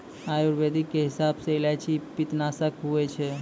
आयुर्वेद के हिसाब रो इलायची पित्तनासक हुवै छै